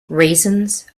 raisins